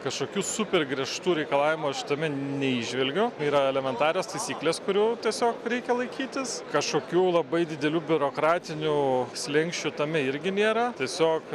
kažkokių super griežtų reikalavimų aš tame neįžvelgiu yra elementarios taisyklės kurių tiesiog reikia laikytis kažkokių labai didelių biurokratinių slenksčių tame irgi nėra tiesiog